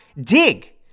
dig